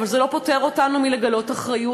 אבל זה לא פוטר אותנו מלגלות אחריות